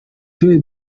sue